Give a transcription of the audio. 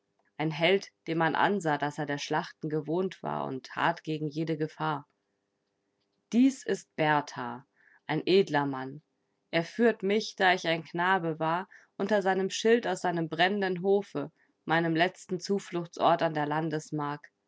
ein held dem man ansah daß er der schlachten gewohnt war und hart gegen jede gefahr dies ist berthar ein edler mann er führte mich da ich ein knabe war unter seinem schild aus seinem brennenden hofe meinem letzten zufluchtsort an der landesmark